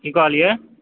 की कहलियै